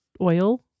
oil